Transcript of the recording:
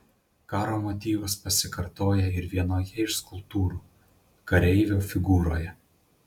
karo motyvas pasikartoja ir vienoje iš skulptūrų kareivio figūroje